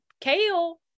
Kale